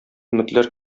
өметләр